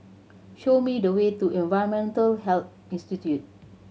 show me the way to Environmental Health Institute